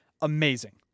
amazing